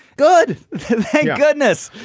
good goodness.